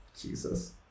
jesus